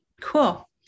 Cool